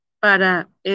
Para